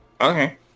Okay